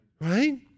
Right